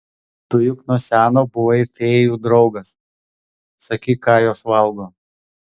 tu juk nuo seno buvai fėjų draugas sakyk ką jos valgo